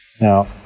Now